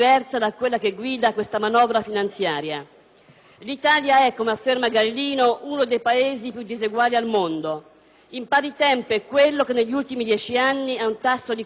L'Italia è - come afferma il professor Gallino - «uno dei Paesi più diseguali al mondo». In pari tempo è quello che negli ultimi dieci anni ha un tasso di crescita pari a meno della metà della media europea.